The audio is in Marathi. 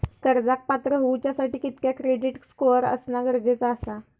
कर्जाक पात्र होवच्यासाठी कितक्या क्रेडिट स्कोअर असणा गरजेचा आसा?